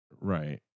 Right